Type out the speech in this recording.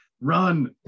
run